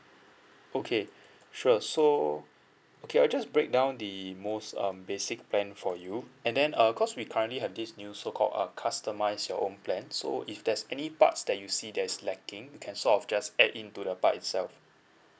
okay sure so okay I just break down the most um basic plan for you and then err cause we currently have this new so call uh customise your own plan so if there's any parts that you see there's lacking you can sort of just add in to the part itself